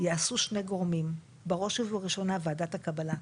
יעשו שני גורמים: בראש ובראשונה ועדת הקבלה.